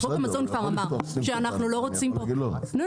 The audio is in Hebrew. חוק המזון כבר --- אנחנו לא רוצים --- חוק